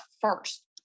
first